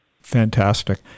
Fantastic